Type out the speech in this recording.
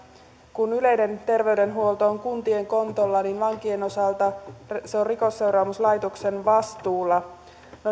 kun yleinen terveydenhuolto on kuntien kontolla niin vankien osalta se on rikosseuraamuslaitoksen vastuulla